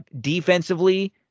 Defensively